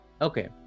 okay